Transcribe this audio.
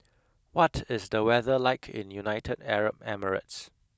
what is the weather like in United Arab Emirates